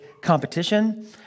competition